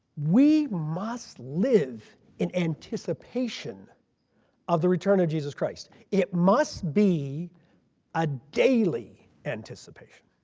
we must live in anticipation of the return of jesus christ. it must be a daily anticipation.